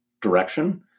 direction